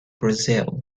brazil